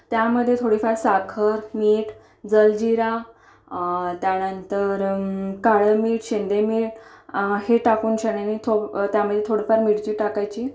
त्यामध्ये थोडीफार साखर मीठ जलजिरा त्यानंतर काळं मीठ शेंदे मीठ हे टाकूनशान आणि त्यामध्ये थोडीफार मिरची टाकायची